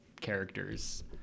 characters